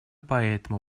поэтому